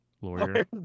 lawyer